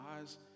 eyes